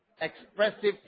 expressive